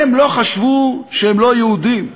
הם לא חשבו שהם לא יהודים,